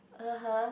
(uh huh)